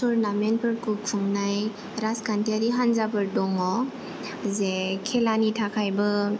तुरनामेन्टफोरखौ खुंनाय राजखान्थियारि हान्जाफोर दङ जे खेलानि थाखायबो